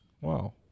Wow